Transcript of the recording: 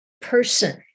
person